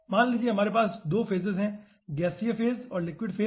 तो मान लीजिए कि हमारे पास 2 फेजेज हैं गैसीय फेज और लिक्विड फेज